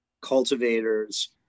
cultivators